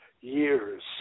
years